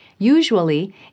Usually